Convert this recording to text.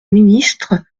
ministre